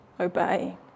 obey